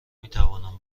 میتوانم